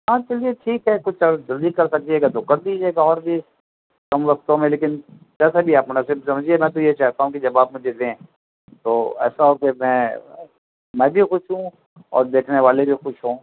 ہاں چلیے ٹھیک ہے کچھ اور جلدی کر سکیے گا تو کر دیجیے گا اور بھی کم وقتوں میں لیکن جیسا بھی آپ مناسب سمجھیے میں تو یہ چاہتا ہوں کہ جب آپ مجھے دیں تو ایسا ہو کہ میں میں بھی خوش ہوں اور دیکھنے والے بھی خوش ہوں